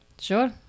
Sure